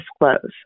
disclose